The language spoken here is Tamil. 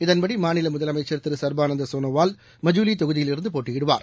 இதன்படிமாநிலமுதலமைச்சர் திருச்பானந்தசோனாவால் மஜூலிதொகுதியிலிருந்துபோட்டியிடுவார்